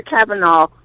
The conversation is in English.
Kavanaugh